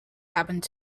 happened